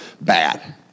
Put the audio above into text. bad